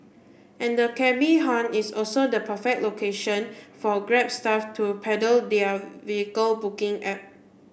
and the cabby haunt is also the perfect location for Grab staff to peddle their vehicle booking app